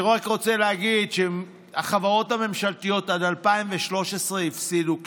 אני רק רוצה להגיד שהחברות הממשלתיות עד 2013 הפסידו כסף,